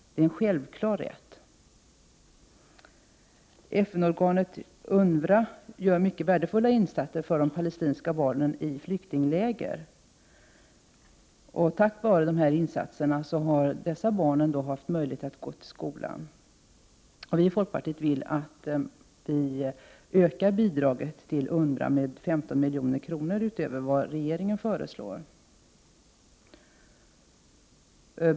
Å FN-organet UNWRA gör mycket värdefulla insatser för de palestinska barnen i flyktinglägren. Tack vare dessa insatser har de barnen fått möjlighet att gå i skola. Vii folkpartiet vill att Sverige ökar sitt bidrag till UNWRA med 15 miljoner utöver vad regeringen föreslår.